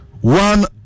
one